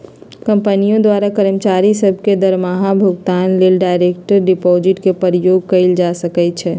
कंपनियों द्वारा कर्मचारि सभ के दरमाहा भुगतान लेल डायरेक्ट डिपाजिट के प्रयोग कएल जा सकै छै